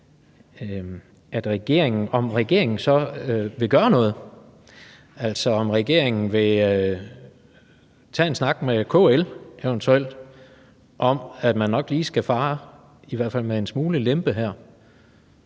Vil regeringen så gøre noget, altså vil regeringen eventuelt tage en snak med KL om, at man nok lige skal fare med i hvert fald en smule lempe her?